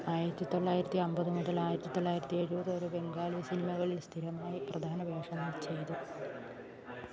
ആയിരത്തി തൊള്ളായിരത്തിയമ്പത് മുതൽ ആയിരത്തി തൊള്ളായിരത്തിയെഴുപത് വരെ ബംഗാളി സിനിമകളിൽ സ്ഥിരമായി പ്രധാന വേഷങ്ങൾ ചെയ്തു